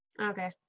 Okay